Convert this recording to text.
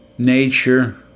nature